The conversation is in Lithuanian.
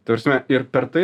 ta prasme ir per tai